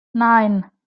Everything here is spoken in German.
nein